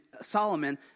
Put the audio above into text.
Solomon